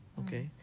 okay